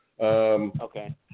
Okay